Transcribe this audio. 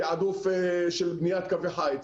התעדוף של בניית קווי חיץ,